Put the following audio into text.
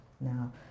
now